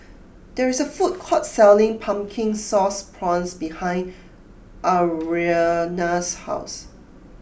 there is a food court selling Pumpkin Sauce Prawns behind Ariana's house